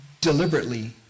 deliberately